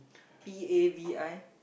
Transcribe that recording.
P A V I